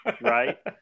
right